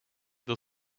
the